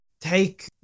take